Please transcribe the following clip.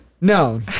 No